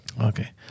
Okay